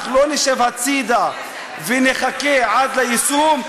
אנחנו לא נשב בצד ונחכה עד ליישום,